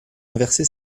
inverser